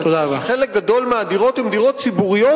אתה תראה שחלק גדול מהדירות הן דירות ציבוריות